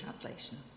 Translation